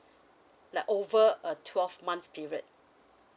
like over a twelve months period